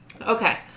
Okay